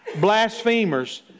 blasphemers